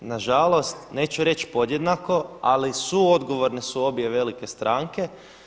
Na žalost, neću reći podjednako ali suodgovorne su obje velike stranke.